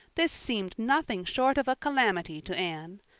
this seemed nothing short of a calamity to anne.